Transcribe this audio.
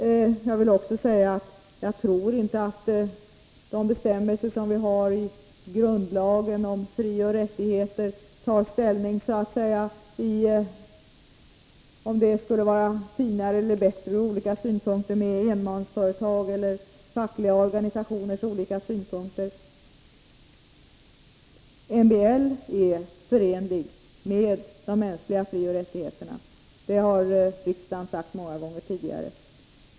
Dessutom vill jag framhålla att jag inte tror att det i grundlagens bestämmelser om frioch rättigheter tas ställning till om det, från olika synpunkter, är finare eller bättre med enmansföretags eller fackliga organisationers bedömningar. MBL är förenligt med de mänskliga frioch rättigheterna, vilket riksdagen också många gånger framhållit.